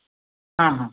हां हां